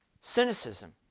Cynicism